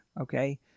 Okay